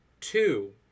Two